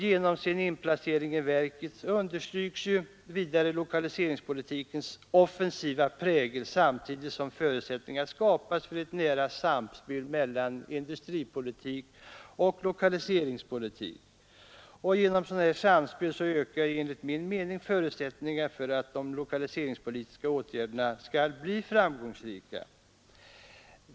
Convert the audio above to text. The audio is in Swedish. Genom inplaceringen i verket understryks vidare lokaliseringspolitikens offensiva prägel, samtidigt som förutsättningar skapas för ett nära samspel mellan industripolitik och lokaliseringspolitik. Genom ett sådant samspel ökar enligt min mening förutsättningarna för att de lokaliseringspolitiska åtgärderna skall bli framgångsrika.